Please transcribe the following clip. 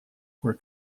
were